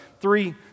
three